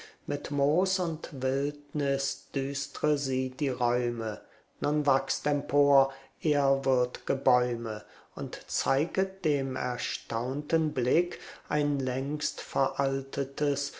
mit moos und wildnis düstre sie die räume nun wachst empor ehrwürd'ge bäume und zeiget dem erstaunten blick ein längst veraltetes